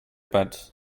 bed